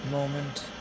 moment